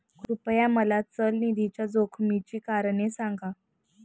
कृपया मला चल निधीच्या जोखमीची कारणे सांगा